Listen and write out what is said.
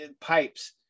pipes